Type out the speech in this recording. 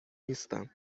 نیستم